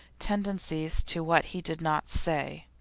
tendencies to what he did not say.